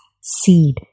seed